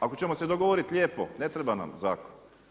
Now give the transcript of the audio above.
Ako ćemo se dogovoriti lijepo, ne treba nam zakon.